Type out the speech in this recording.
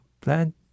plant